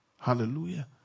hallelujah